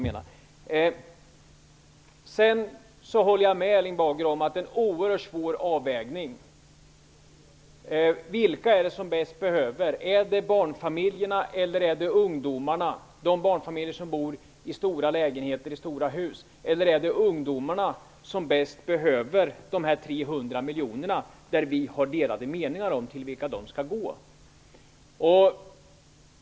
Sedan håller jag med Erling Bager om att det är en oerhört svår avvägning när det gäller om det är de barnfamiljer som bor i stora lägenheter eller stora hus eller ungdomarna som mest behöver de 300 miljonerna, om vilka vi har delade meningar om vilka de skall gå till.